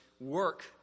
work